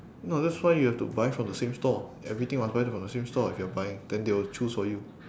no that's why you have to buy from the same store everything must buy the from the same store if you are buying then they will choose for you